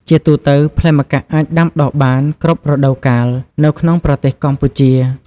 ជាទូទៅ ផ្លែម្កាក់អាចដាំដុះបាន គ្រប់រដូវកាល នៅក្នុងប្រទេសកម្ពុជា។